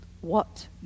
What